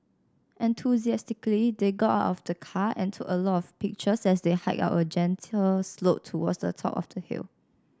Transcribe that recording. enthusiastically they got out of the car and took a lot of pictures as they hiked up a gentle slope towards the top of the hill